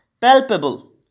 palpable